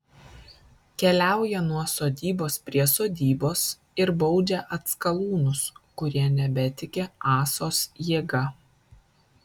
keliauja nuo sodybos prie sodybos ir baudžia atskalūnus kurie nebetiki ąsos jėga